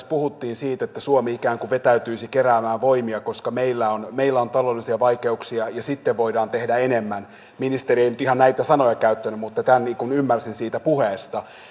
puhuttiin siitä että suomi ikään kuin vetäytyisi keräämään voimia koska meillä on meillä on taloudellisia vaikeuksia ja sitten voidaan tehdä enemmän ministeri ei nyt ihan näitä sanoja käyttänyt mutta tämän ymmärsin siitä puheesta ehkä se minä ajattelen on